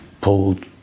pulled